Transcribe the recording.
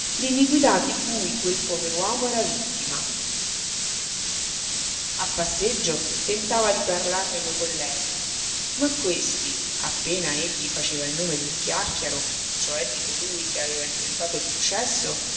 l'iniquità di cui quel pover'uomo era vittima a passeggio tentava di parlarne coi colleghi ma questi appena egli faceva il nome del chiàrchiaro cioè di colui che aveva intentato il processo